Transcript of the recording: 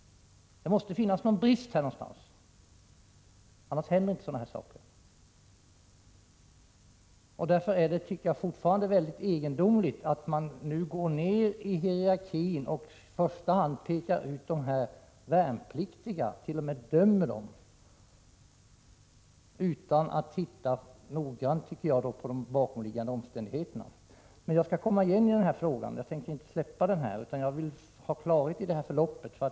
Det måste finnas en brist, annars händer inte sådana olyckor. Därför är det väldigt egendomligt att man nu går nedåt i hierarkin och pekar ut de värnpliktiga och t.o.m. dömer dem. Detta gör man utan att, som jag ser det, titta noggrant på de bakomliggande omständigheterna. Jag återkommer i den här frågan. Jag tänker inte släppa den, utan jag vill ha klarhet i händelseförloppet.